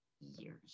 years